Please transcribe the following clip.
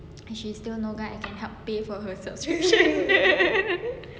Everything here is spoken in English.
and she still no guy I can help pay for her subscription